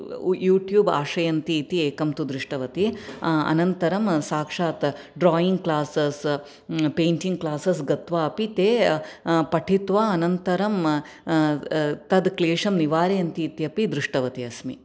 YouTube आश्रयन्ति इति एकं दृष्टवती अनन्तरं साक्षात् ड्रायिंग् क्लासस् पेन्टिङ्ग् क्लासस् गत्वा अपि ते पठित्वा अनन्तरं तद् क्लेशं निवारयन्तीत्यपि दृष्टवती अस्मि